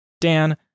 Dan